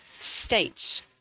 state's